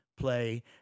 play